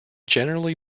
generally